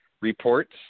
reports